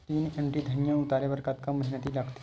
तीन एम.टी धनिया उतारे बर कतका मेहनती लागथे?